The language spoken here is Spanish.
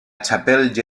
chapelle